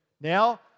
Now